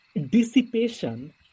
dissipation